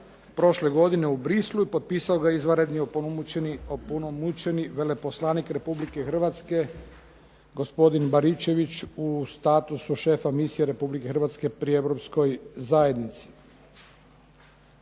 prošle godine u Bruxellesu i potpisao ga je izvanredni opunomoćeni veleposlanik Republike Hrvatske gospodin Baričević u statusu šefa misije Republike Hrvatske pri Europskoj zajednici.